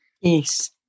yes